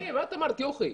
את אמרת, יוכי.